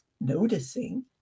noticing